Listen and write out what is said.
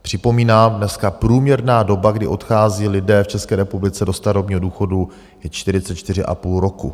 Připomínám, dneska průměrná doba, kdy odchází lidé v České republice do starobního důchodu, je 44,5 roku.